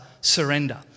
surrender